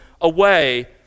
away